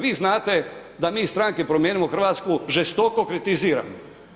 Vi znate da mi iz stranke Promijenimo Hrvatsku žestoko kritiziramo.